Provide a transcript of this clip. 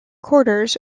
quarters